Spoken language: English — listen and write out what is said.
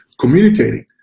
communicating